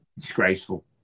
disgraceful